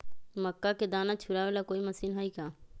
मक्का के दाना छुराबे ला कोई मशीन हई का?